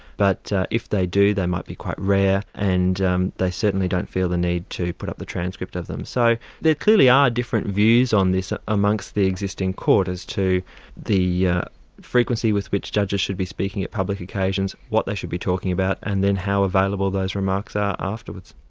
but if they do, they might be quite rare, and um they certainly don't feel the need to put up the transcript of them. so there clearly are different views on this ah amongst the existing court as to the yeah frequency with which judges should be speaking at public occasions, what they should be talking about, and then how available those remarks are afterwards.